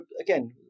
again